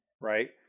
Right